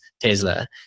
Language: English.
Tesla